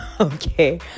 okay